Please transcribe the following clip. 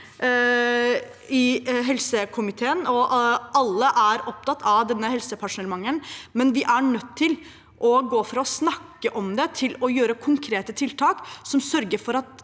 i helsekomiteen utallige ganger. Alle er opptatt av helsepersonellmangelen, men vi er nødt til å gå fra å snakke om det til å gjøre konkrete tiltak som sørger for at